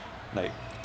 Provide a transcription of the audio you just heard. like